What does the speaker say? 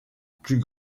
plus